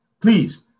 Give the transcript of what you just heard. Please